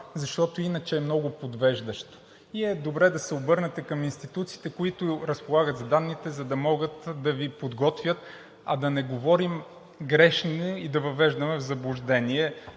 защото иначе е много подвеждащо и е добре да се обърнете към институциите, които разполагат с данните, за да могат да Ви подготвят, а да не говорим грешни и да въвеждаме в заблуждение